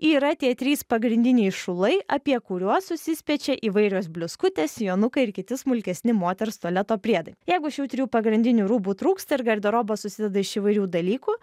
yra tie trys pagrindiniai šulai apie kuriuos susispiečia įvairios bliuskutės sijonukai ir kiti smulkesni moters tualeto priedai jeigu šių trijų pagrindinių rūbų trūksta ir garderobas susideda iš įvairių dalykų